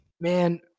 Man